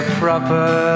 proper